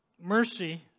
Mercy